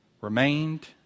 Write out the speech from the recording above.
remained